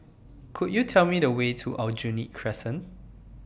Could YOU Tell Me The Way to Aljunied Crescent